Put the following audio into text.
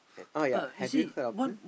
oh ya have you heard of um